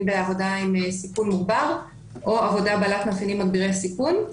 בעבודה עם סיכון מוגבר או עבודה בעלת מאפיינים מגדירי סיכון.